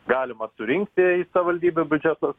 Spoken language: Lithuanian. galima surinkti įsavivaldybių biudžetus